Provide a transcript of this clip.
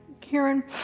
Karen